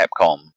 Capcom